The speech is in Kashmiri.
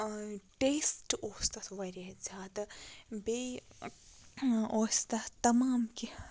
ٹیسٹ اوس تَتھ واریاہ زیادٕ بیٚیہِ اوس تَتھ تَمام کینٛہہ